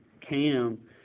cam